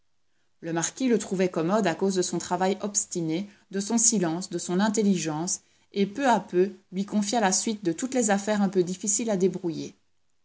le marquis le trouvait commode à cause de son travail obstiné de son silence de son intelligence et peu à peu lui confia la suite de toutes les affaires un peu difficiles à débrouiller